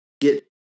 get